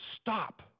stop